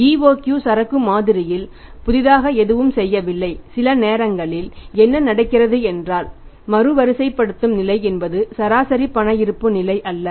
EOQ சரக்கு மாதிரியில் புதிதாக எதுவும் செய்யவில்லை சில நேரங்களில் என்ன நடக்கிறது என்றால் மறு வரிசைப்படுத்தும் நிலை என்பது சராசரி பண இருப்பு நிலை அல்ல